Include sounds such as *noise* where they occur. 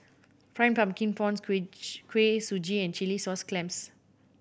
Fried Pumpkin Prawns *unintelligible* Kuih Suji and chilli sauce clams